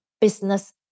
business